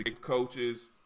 coaches